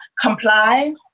comply